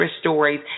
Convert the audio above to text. stories